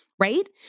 right